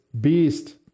beast